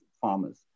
farmers